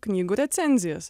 knygų recenzijas